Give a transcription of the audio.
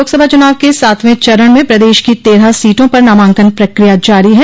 लोकसभा चुनाव के सातवें चरण में प्रदेश की तेरह सीटों पर नामांकन प्रक्रिया जारी है